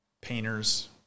painters